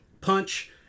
punch